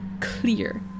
clear